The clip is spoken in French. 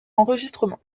enregistrement